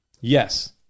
Yes